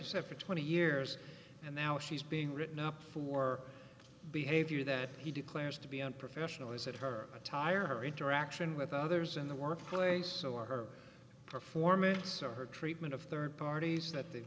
separate twenty years and now she's being written up for behavior that he declares to be unprofessional is that her attire her interaction with others in the workplace or her performance or her treatment of third parties that